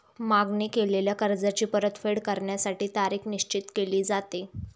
मागणी केलेल्या कर्जाची परतफेड करण्यासाठी तारीख निश्चित केली जाते